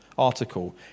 article